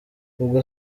ubwo